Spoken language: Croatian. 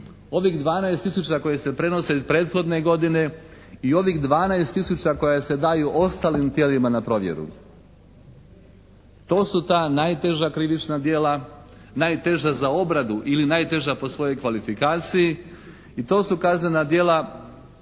ovih 12 tisuća koji se prenose iz prethodne godine i ovih 12 tisuća koja se daju ostalim tijelima na provjeru. To su ta najteža krivična djela, najteža za obradu ili najteža po svojoj kvalifikaciji i to su kaznena djela